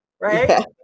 right